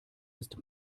ist